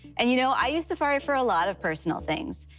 and you know, i use safari for a lot of personal things,